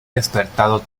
despertado